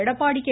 Edappadi K